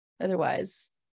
Otherwise